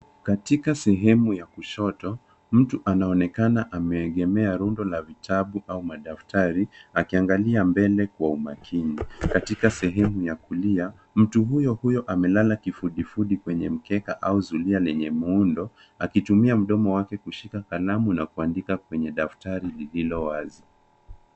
Katika sehemu ya kushoto. Mtu anaonekana ameegemeaa rundo la vitabu au madaftari akiangalia mbele kwa umakini. Katika sehemu ya kulia, mtu huyohuyo amelala kifudhifudhi kwenye mkeka au zuli lenye muundo akitumia mdomo wake kushika kalamu na kuandika kwenye daftari lililo wazi.